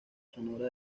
sonora